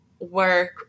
work